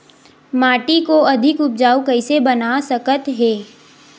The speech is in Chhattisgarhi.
माटी को अधिक उपजाऊ कइसे बना सकत हे?